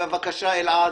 בבקשה, אלעד.